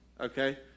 Okay